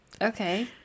okay